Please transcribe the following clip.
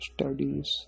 studies